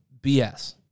BS